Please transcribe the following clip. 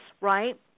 right